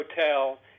Hotel